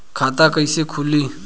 खाता कइसे खुली?